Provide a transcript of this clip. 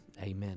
Amen